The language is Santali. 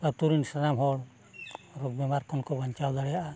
ᱟᱛᱳ ᱨᱮᱱ ᱥᱟᱱᱟᱢ ᱦᱚᱲ ᱨᱳᱜᱽ ᱵᱤᱢᱟᱨ ᱠᱷᱚᱱ ᱠᱚ ᱵᱟᱧᱪᱟᱣ ᱫᱟᱲᱮᱭᱟᱜᱼᱟ